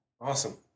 Awesome